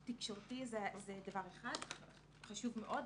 תקשורתי זה דבר אחד חשוב מאוד,